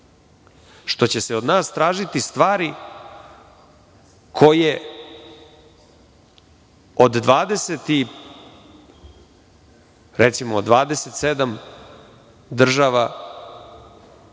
što će se od nas tražiti stvari koje od 27 država